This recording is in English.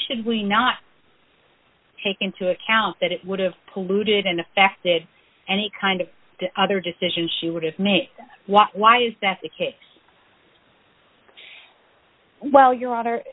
should we not take into account that it would have polluted and affected any kind of other decision she would have made why is that the case well your